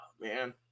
man